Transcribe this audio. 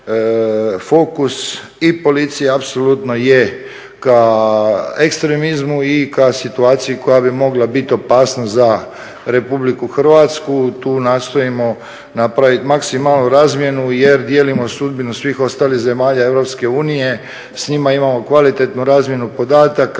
fokus i policije apsolutno je k ekstremizmu i k situaciji koja bi mogla biti opasnost za RH. tu nastojimo napravit maksimalnu razmjenu jer dijelimo sudbinu svih ostalih zemalja EU, s njima imamo kvalitetnu razmjenu podataka.